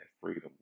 freedom